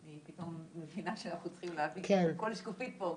אני פתאום מבינה שאנחנו צריכים להבין כל שקופית פה,